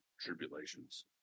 tribulations